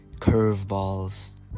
curveballs